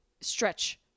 stretch